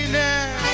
now